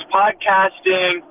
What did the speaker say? podcasting